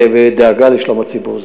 ודאגה לשלום הציבור.